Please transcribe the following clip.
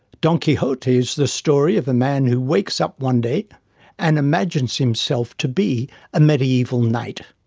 don quixote is the story of a man who wakes up one day and imagines himself to be a medieval knight.